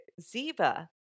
Ziva